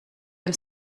dem